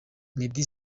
meddy